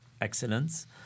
excellence